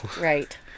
right